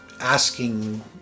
asking